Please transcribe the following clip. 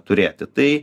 turėti tai